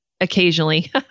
occasionally